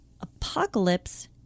Apocalypse